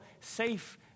safe